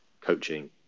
coaching